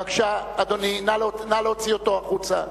בבקשה, אדוני, נא להוציא אותו החוצה.